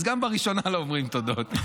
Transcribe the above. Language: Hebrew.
אז גם בראשונה לא אומרים תודות.